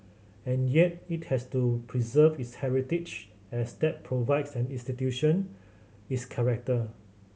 and yet it has to preserve its heritage as that provides an institution its character